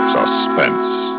Suspense